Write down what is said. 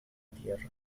tierra